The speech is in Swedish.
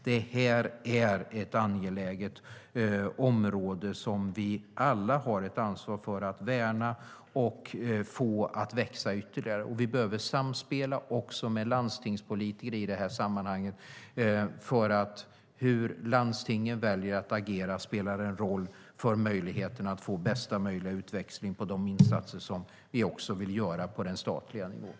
Detta är ett angeläget område som vi alla har ett ansvar för att värna och få att växa ytterligare. Vi behöver samspela med landstingspolitiker i det här sammanhanget. Hur landstingen väljer att agera spelar en roll för möjligheten att få bästa möjliga utväxling på de insatser vi vill göra på den statliga nivån.